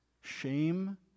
Shame